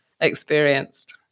experienced